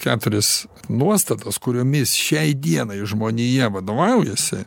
keturis nuostatas kuriomis šiai dienai žmonija vadovaujasi